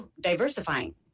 diversifying